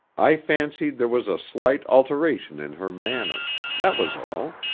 i fancied there was a slight alteration in her manner that was all.